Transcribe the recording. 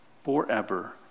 Forever